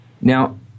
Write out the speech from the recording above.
Now